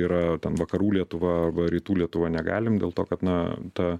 yra ten vakarų lietuva rytų lietuva negalim dėl to kad na ta